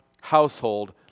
household